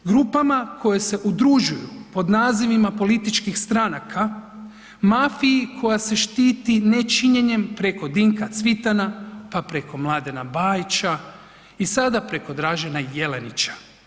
Grupama koje se udružuju pod nazivima političkih stranaka, mafiji koja se štiti nečinjenjem preko Dinka Cvitana, pa preko Mladena Bajića i preko sada preko Dražena Jelenića.